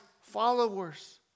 followers